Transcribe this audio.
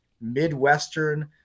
Midwestern